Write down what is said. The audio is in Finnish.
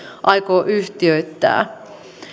aikoo yhtiöittää